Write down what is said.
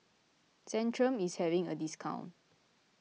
Centrum is having a discount